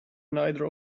neither